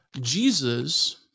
Jesus